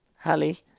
Hallie